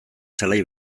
zelai